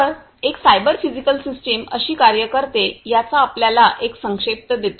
तर एक cyber physical system कशी कार्य करते याचा आपल्याला एक संक्षेप देतो